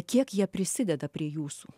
kiek jie prisideda prie jūsų